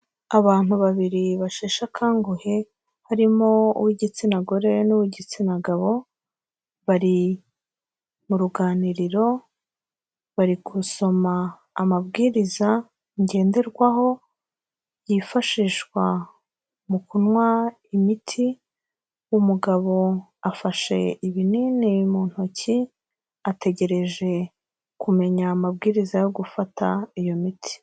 Abantu babiri basheshe akanguhe harimo uw'igitsina gore n'uw'igitsina gabo, bari mu ruganiriro, bari gusoma amabwiriza ngenderwaho byifashishwa mu kunywa imiti. Umugabo afashe ibinini mu ntoki ategereje kumenya amabwiriza yo gufata iyo miti.